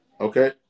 okay